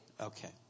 Okay